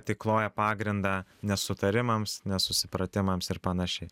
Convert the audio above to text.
tai kloja pagrindą nesutarimams nesusipratimams ir panašiai